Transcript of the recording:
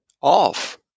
off